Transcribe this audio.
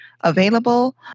available